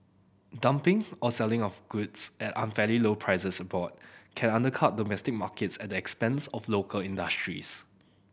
dumping or selling of goods at unfairly low prices abroad can undercut domestic markets at the expense of local industries